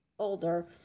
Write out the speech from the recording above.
Older